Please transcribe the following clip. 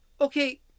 okay